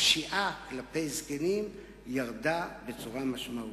בהן הפשיעה כלפי זקנים ירדה בצורה משמעותית.